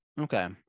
Okay